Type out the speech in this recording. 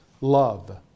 love